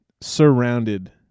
surrounded